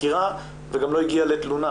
לחקירה וגם לא הגיע לתלונה.